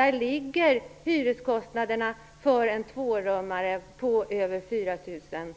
Där ligger i dag hyreskostnaden för en tvårummare på över Jag tycker